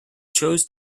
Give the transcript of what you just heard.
chose